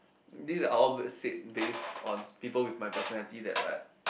these are all said based on people with my personality that like